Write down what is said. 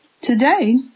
Today